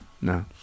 No